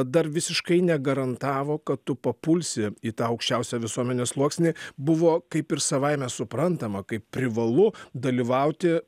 dar visiškai negarantavo kad tu papulsi į tą aukščiausią visuomenės sluoksnį buvo kaip ir savaime suprantama kaip privalu dalyvauti